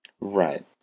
Right